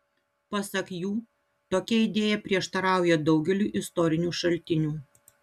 pasak jų tokia idėja prieštarauja daugeliui istorinių šaltinių